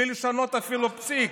בלי לשנות אפילו פסיק.